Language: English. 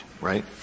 right